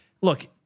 look